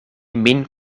min